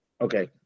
okay